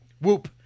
Whoop